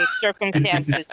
circumstances